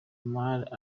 omar